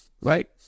Right